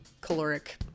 caloric